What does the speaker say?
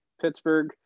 Pittsburgh